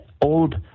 old